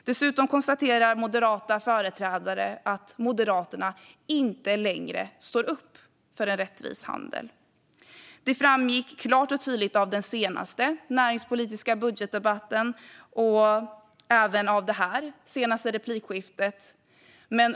Dessutom konstaterar moderata företrädare att Moderaterna inte längre står upp för en rättvis handel. Det framgick klart och tydligt av den senaste näringspolitiska budgetdebatten, och även av det senaste replikskiftet här.